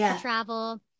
travel